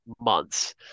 months